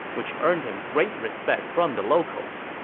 which earned him great respect from the locals.